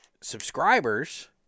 subscribers